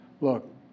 Look